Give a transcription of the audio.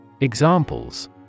Examples